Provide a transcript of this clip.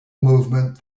movement